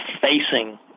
facing